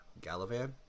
Galavan